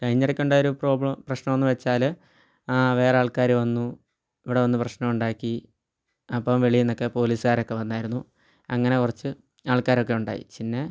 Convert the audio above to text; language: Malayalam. കഴിഞ്ഞ ഇടക്ക് ഉണ്ടായ ഒരു പ്രോബ്ലം പ്രശ്നമെന്ന് വെച്ചാൽ വേറെ ആൾക്കാർ വന്നു ഇവിടെ വന്ന് പ്രശ്നമുണ്ടാക്കി അപ്പം വെളീന്നൊക്കെ പോലീസ്കാരൊക്കെ വന്നായിരുന്നു അങ്ങനെ കുറച്ച് ആൾക്കാരൊക്കെ ഉണ്ടായി പിന്നെ